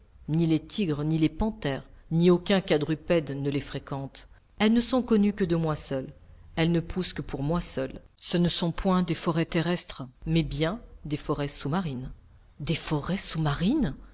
ni les tigres ni les panthères ni aucun quadrupède ne les fréquentent elles ne sont connues que de moi seul elles ne poussent que pour moi seul ce ne sont point des forêts terrestres mais bien des forêts sous-marines des forêts sous-marines